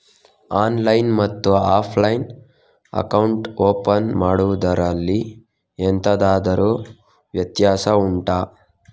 online ಮತ್ತು offline ನಲ್ಲಿ account open ಮಾಡುವುದರಲ್ಲಿ ಎಂತಾದರು ವ್ಯತ್ಯಾಸ ಉಂಟಾ